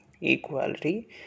equality